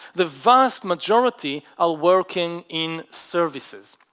the vast majority are working in services